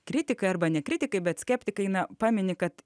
kritikai arba ne kritikai bet skeptikai nepameni kad